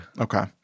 Okay